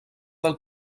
del